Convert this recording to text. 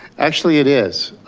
actually it is.